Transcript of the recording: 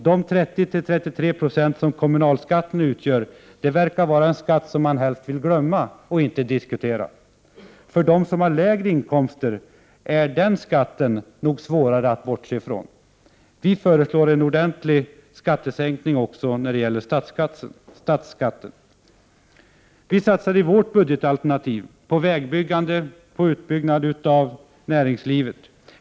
De 30-33 26 som kommunalskatten utgör verkar vara en skatt som man helst vill glömma och inte diskutera. För dem som har lägre inkomster är den skatten nog svårare att bortse från. Vi föreslår en ordentlig skattesänkning också vad avser statsskatten. Vi satsar i vårt budgetalternativ på vägbyggande och på utbyggnad av näringslivet.